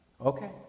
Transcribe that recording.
Okay